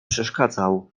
przeszkadzał